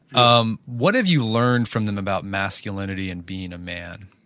um what have you learned from them about masculinity and being a man?